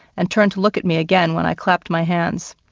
and turned to look at me again when i clapped my hands.